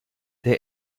der